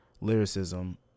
lyricism